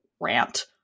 rant